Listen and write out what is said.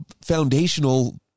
foundational